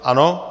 Ano?